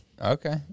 Okay